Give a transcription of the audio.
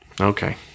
okay